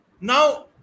Now